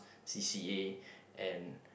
C_c_A and